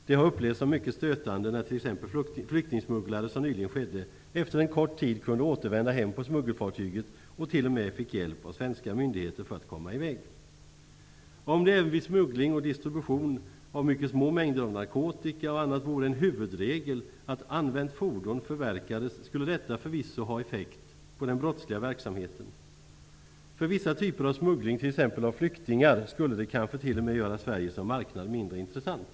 Det har upplevts som mycket stötande när t.ex. flyktingsmugglare -- som så nyligen skedde -- efter en kort tid kan återvända hem på smuggelfartyget och t.o.m. få hjälp av svenska myndigheter för att komma i väg. Om det vid smuggling och distribution av små mängder narkotika finns en huvudregel om att använda fordonsförverkan, skulle detta förvisso ha effekt på den brottsliga verksamheten. För vissa typer av smuggling, t.ex. flyktingar, skulle det kanske t.o.m. göra Sverige mindre intressant som marknad.